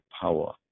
power